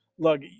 Look